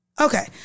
Okay